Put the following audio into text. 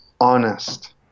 honest